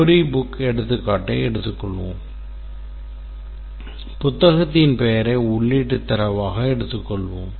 Query book எடுத்துக்காட்டை எடுத்துக்கொள்வோம் புத்தகத்தின் பெயரை உள்ளீட்டுத் தரவாக எடுத்துக்கொள்வோம்